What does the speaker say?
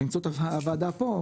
וזה בוצע בעבר, בוועדה פה.